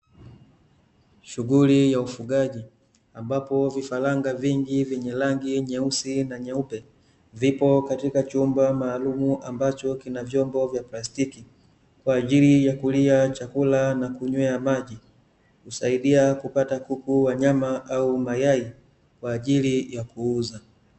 Shughuli ya ufugaji ambapo vifaranga vingi vyenye rangi nyeusi na nyeupe, vipo katika chumba maalumu ambacho kina vyombo vya plastiki kwaajili ya kulia chakula na kunywea maji, kusaidia kupata kuku wa nyama au mayai kwaajili ya kuuza.